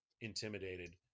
intimidated